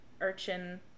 urchin